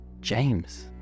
James